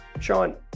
Sean